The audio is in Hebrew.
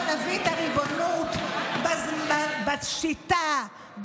ברוך השם, בחסדי השם עלינו,